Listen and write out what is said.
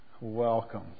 Welcome